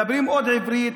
מדברים עוד עברית,